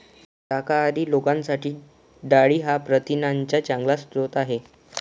शाकाहारी लोकांसाठी डाळी हा प्रथिनांचा चांगला स्रोत आहे